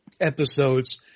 episodes